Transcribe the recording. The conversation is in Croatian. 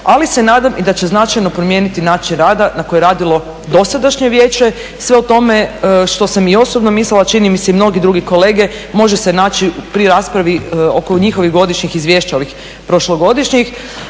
ali se nadam i da će značajno promijeniti način rada na kojem je radilo dosadašnje vijeće. Sve o tome što sam i osobno mislila čini mi se i mnogi drugi kolege može se naći pri raspravi oko njihovih godišnjih izvješća, ovih prošlogodišnjih.